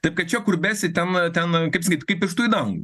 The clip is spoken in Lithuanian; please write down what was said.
taip kad čia kur besi ten ten kaip sakyt kaip pirštu į dan